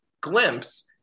glimpse